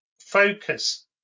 Focus